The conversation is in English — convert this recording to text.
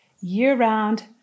year-round